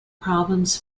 problems